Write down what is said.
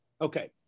Okay